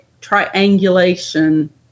triangulation